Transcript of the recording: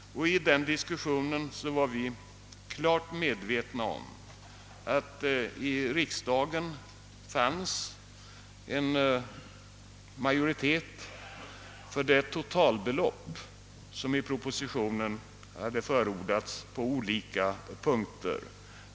I den diskussionen var vi klart medvetna om att i riksdagen fanns en majoritet för det totalbelopp som i propositionen hade förordats på olika punkter.